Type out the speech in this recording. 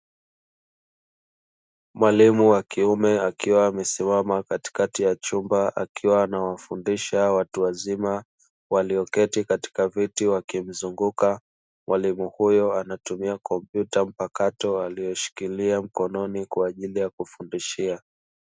Mwalimu wa kiume akiwa amesimama katikati ya chumba akiwa anawafundisha watu wazima, walioketi katika viti wakimzunguka mwalimu huyo anatumia kompyuta mpakato aliyoshikilia mkononi kwa ajili ya kufundishia.